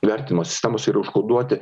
vertimo sistemose yra užkoduoti